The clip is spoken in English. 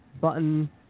button